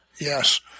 Yes